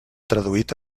traduït